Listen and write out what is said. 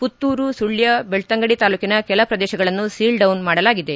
ಪುತ್ತೂರು ಸುಳ್ಲ ಬೆಳ್ತಂಗಡಿ ತಾಲೂಕಿನ ಕೆಲ ಪ್ರದೇಶಗಳನ್ನು ಸೀಲ್ಡೌನ್ ಮಾಡಲಾಗಿದೆ